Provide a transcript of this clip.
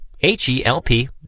H-E-L-P